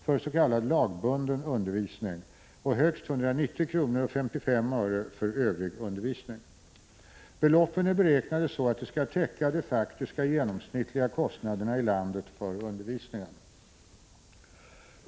för s.k. lagbunden undervisning och högst 190:55 kr. för övrig undervisning. Beloppen är beräknade så att de skall täcka de faktiska genomsnittliga kostnaderna i landet för undervisningen.